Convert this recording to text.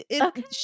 okay